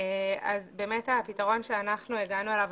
הפתרון שהגענו אליו,